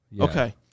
Okay